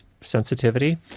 sensitivity